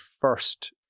first